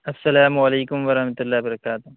السلام علیکم ورحمۃ اللہ برکاتہ